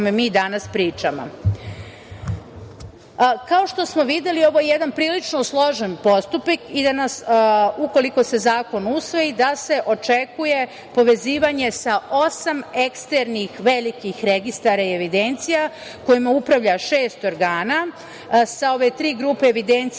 kome mi danas pričamo. Kao što smo videli ovo je jedan prilično složen postupak i da nas ukoliko se zakon usvoji, da se očekuje povezivanje sa osam eksternih velikih registara i evidencija kojima upravlja šest organa, sa ove tri grupe evidencija